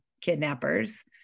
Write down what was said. kidnappers